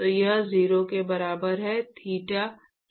तो यह 0 के बराबर है थीटा थीटा i है